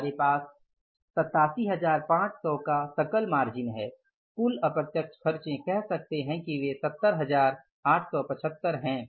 हमारे पास 87500 का सकल मार्जिन है कुल अप्रत्यक्ष खर्चों कह सकते हैं की वे 70875 हैं